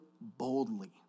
boldly